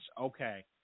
Okay